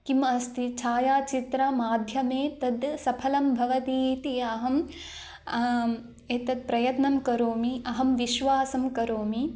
किमस्ति छायाचित्रमाध्यमे तद् सफलं भवति इति अहम् एतत् प्रयत्नं करोमि अहं विश्वासं करोमि